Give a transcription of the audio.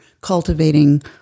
cultivating